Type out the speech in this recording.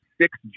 six